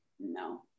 no